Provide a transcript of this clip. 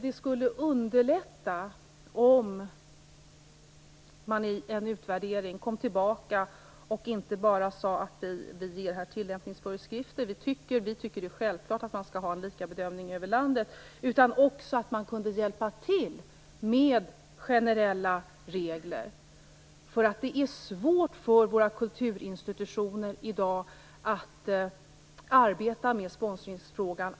Det skulle underlätta om man i en utvärdering kom tillbaka och inte bara sade att det skall utfärdas tilläggsföreskrifter. Vi tycker att det är självklart att man skall ha lika bedömning över landet. Man kunde också hjälpa till med generella regler. Det är i dag svårt för våra kulturinstitutioner att arbeta med sponsringsfrågan.